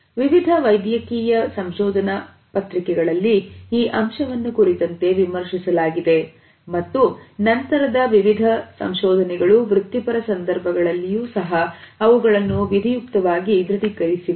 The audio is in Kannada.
ವಿವಿಧ ವೈದ್ಯಕೀಯ ಸಂಶೋಧನಾ ಪತ್ರಿಕೆಗಳಲ್ಲಿ ಈ ಅಂಶವನ್ನು ಕುರಿತಂತೆ ವಿಮರ್ಶಿಸಲಾಗಿದೆ ಮತ್ತು ನಂತರದ ವಿವಿಧ ಸಂಶೋಧನೆಗಳು ವೃತ್ತಿಪರ ಸಂದರ್ಭಗಳಲ್ಲಿಯೂ ಸಹ ಅವುಗಳನ್ನು ವಿಧಿಯುಕ್ತವಾಗಿ ದೃಢೀಕರಿಸಿವೆ